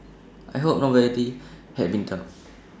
I hope nobody had been duped